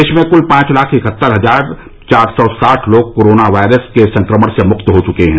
देश में कुल पांच लाख इकहत्तर हजार चार सौ साठ लोग कोरोना वायरस के संक्रमण से मुक्त हो चुके हैं